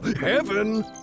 Heaven